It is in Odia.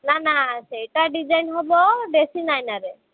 ନା ନା ସେଇଟା ଡିଜାଇନ୍ ହବ ଡ୍ରେସିଂ ଆଇନାରେ